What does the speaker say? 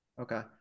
Okay